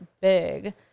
big